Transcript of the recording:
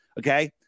Okay